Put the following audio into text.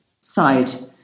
side